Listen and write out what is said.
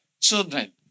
children